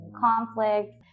conflict